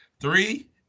Three